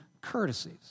courtesies